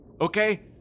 Okay